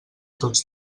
tots